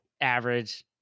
average